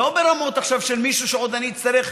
לא ברמות עכשיו של מישהו שעוד אני אצטרך.